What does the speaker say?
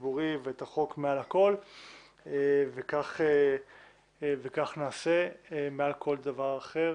הציבורי ואת החוק מעל הכול וכך נעשה מעל כל דבר אחר.